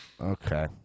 Okay